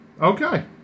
Okay